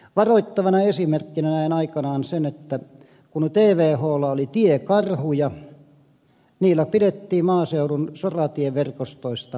varoittavana esimerkkinä näin aikanaan sen että kun tvhlla oli tiekarhuja niillä pidettiin maaseudun soratieverkostoista huolta